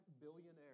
billionaire